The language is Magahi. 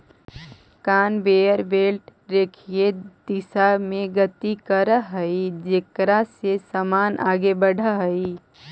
कनवेयर बेल्ट रेखीय दिशा में गति करऽ हई जेकरा से समान आगे बढ़ऽ हई